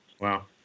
Wow